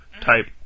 type